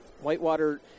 Whitewater